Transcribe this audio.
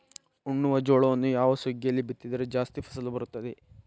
ಉಣ್ಣುವ ಜೋಳವನ್ನು ಯಾವ ಸುಗ್ಗಿಯಲ್ಲಿ ಬಿತ್ತಿದರೆ ಜಾಸ್ತಿ ಫಸಲು ಬರುತ್ತದೆ?